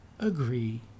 Agree